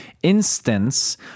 Instance